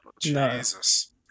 Jesus